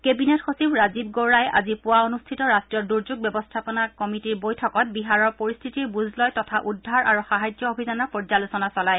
cabinet সচিব ৰাজীৱ গৌবাই আজি পুৱা অনুষ্ঠিত ৰাট্টীয় দুৰ্যোগ ব্যৱস্থাপনা কমিতিৰ বৈঠকত বিহাৰৰ পৰিস্থিতিৰ বুজ লয় তথা উদ্ধাৰ আৰু সাহাৰ্য অভিযানৰ পৰ্যালোচনা চলায়